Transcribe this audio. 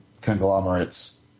conglomerates